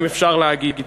אם אפשר להגיד.